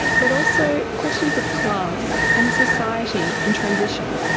but also questions of class and a society in transition,